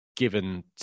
given